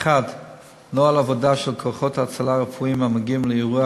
נוהל עבודה של כוחות הצלה רפואיים המגיעים לאירוע